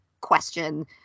question